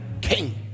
king